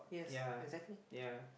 ya ya